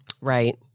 Right